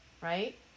right